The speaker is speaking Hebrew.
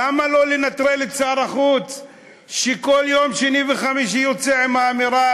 למה לא לנטרל את שר החוץ שכל שני וחמישי יוצא עם האמירה